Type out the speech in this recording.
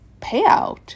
payout